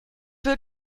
will